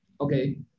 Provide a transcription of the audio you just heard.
okay